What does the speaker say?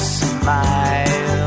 smile